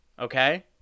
okay